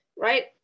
Right